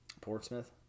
Portsmouth